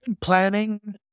planning